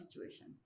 situation